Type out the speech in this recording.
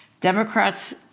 Democrats